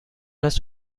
است